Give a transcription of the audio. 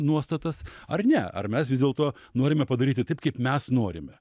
nuostatas ar ne ar mes vis dėlto norime padaryti taip kaip mes norime